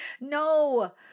No